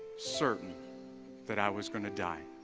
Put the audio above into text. certain that i was gonna, die